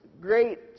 great